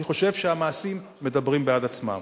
אני חושב שהמעשים מדברים בעד עצמם.